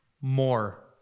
more